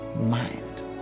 mind